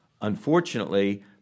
Unfortunately